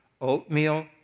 oatmeal